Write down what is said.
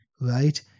Right